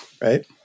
Right